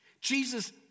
Jesus